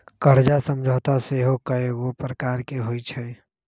कर्जा समझौता सेहो कयगो प्रकार के होइ छइ